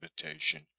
invitation